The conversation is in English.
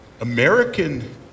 American